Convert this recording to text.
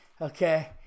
okay